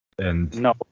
No